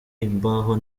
imbaho